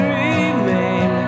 remain